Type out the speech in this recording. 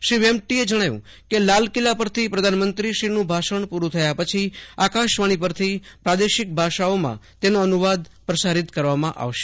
શ્રી વેમ્પટીએ જજ્યાવ્યું કેન્દ્ર લાલ કિલ્લા પરથી પ્રધાનમંત્રીનું ભાષણ પૂર્રં થયા પછી આકશવાણી પરથી પ્રાદેશિક ભાષાઓમાં તેનો અનુવાદ પ્રસારિત કરવામાં આવશે